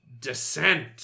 Descent